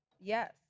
yes